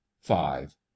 five